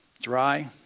dry